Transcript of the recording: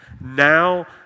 now